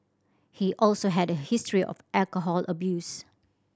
he also had a history of alcohol abuse